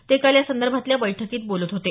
ते काल यासंदर्भातल्या बैठकीत बोलत होते